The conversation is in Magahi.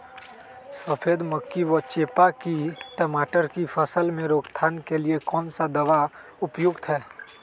सफेद मक्खी व चेपा की टमाटर की फसल में रोकथाम के लिए कौन सा दवा उपयुक्त है?